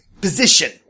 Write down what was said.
position